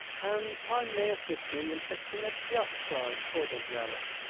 and time may assist me in fixing a just price for the relic.